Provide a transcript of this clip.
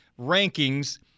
rankings